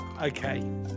Okay